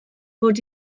fod